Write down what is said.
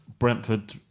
Brentford